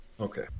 Okay